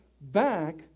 back